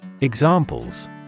Examples